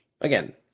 again